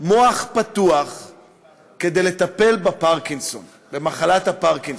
מוח פתוח כדי לטפל במחלת הפרקינסון.